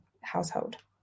household